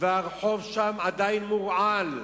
הרחוב שם עדיין מורעל.